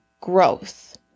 growth